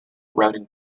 routing